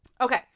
Okay